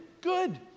good